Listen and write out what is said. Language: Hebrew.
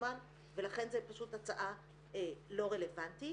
עצמן ולכן זו פשוט הצעה לא רלוונטית.